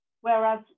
Whereas